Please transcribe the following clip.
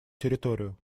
территорию